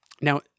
Now